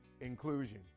inclusion